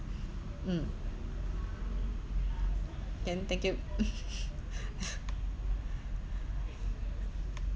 mm then thank you